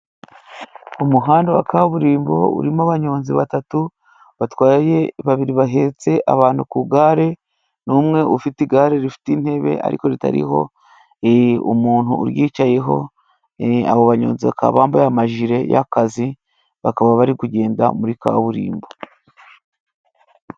Umuhanda wa kaburimbo urimo abanyonzi batatu batwaye, babiri bahetse abantu ku igare n'umwe ufite igare rifite intebe ariko ritariho umuntu uryicayeho, abo banyonzi bakaba bambaye amajire y'akazi, bakaba bari kugenda muri kaburimbo.